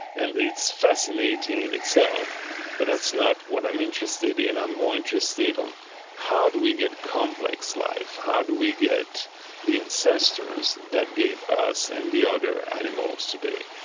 and it's fascinating in itself but that's not what i'm interested in, i'm more interested in um how do we get complex life, how do we get the ancestors that gave us and the other animals today.